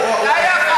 הוא יודע.